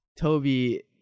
Toby